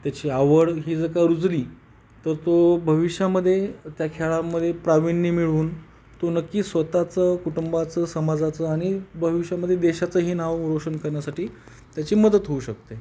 त्याची आवड ही जर का रुजली तर तो भविष्यामध्ये त्या खेळामध्ये प्राविण्य मिळून तो नक्की स्वतःचं कुटुंबाचं समाजाचं आणि भविष्यामध्ये देशाचंही नाव रोशन करण्यासाठी त्याची मदत होऊ शकते